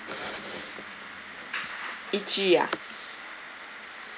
itchy ah